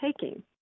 taking